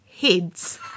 heads